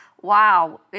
Wow